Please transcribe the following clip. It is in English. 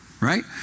right